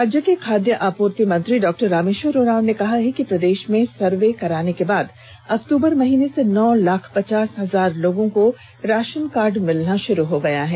राज्य के खाद्य आपूर्ति मंत्री डॉक्टर रामेष्वर उरांव ने कहा है कि प्रदेष में सर्वे कराने के बाद अक्तूबर महीने से नौ लाख पचास हजार लोगों को राषन कार्ड मिलना शुरू हो जाएगा